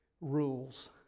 rules